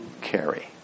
carry